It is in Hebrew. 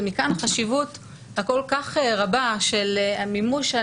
ומכאן החשיבות הכול כך רבה של המימוש של